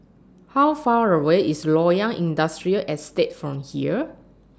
How Far away IS Loyang Industrial Estate from here